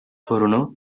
torunu